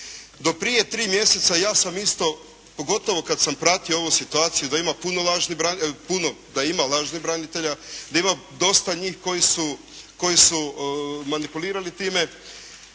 Do prije tri mjeseca ja sam isto pogotovo kad sam pratio ovu situaciju da ima puno lažnih branitelja, da ima lažnih branitelja,